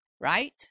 right